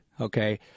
Okay